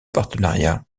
partenariat